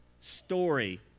story